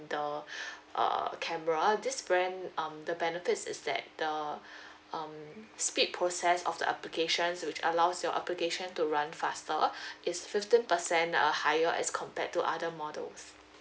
the err camera this brand um the benefits is that the um speed process of the applications which allows your application to run faster it's fifteen percent uh higher as compared to other models